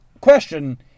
question